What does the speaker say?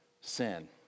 sin